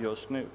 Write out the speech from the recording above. just nu.